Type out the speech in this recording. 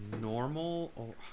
normal